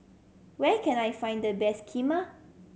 where can I find the best Kheema